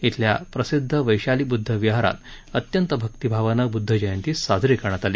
इथल्या प्रसिध्द वैशाली बृध्द विहारात अत्यंत भक्तीभावानं बृध्द जंयती साजरी करण्यात आली